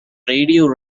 radio